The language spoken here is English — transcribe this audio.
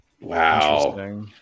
Wow